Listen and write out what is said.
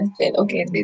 Okay